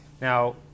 Now